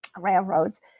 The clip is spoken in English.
railroads